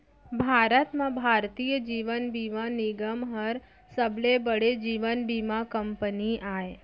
भारत म भारतीय जीवन बीमा निगम हर सबले बड़े जीवन बीमा कंपनी आय